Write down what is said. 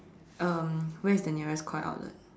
um where is the nearest Koi outlet